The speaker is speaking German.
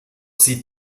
sie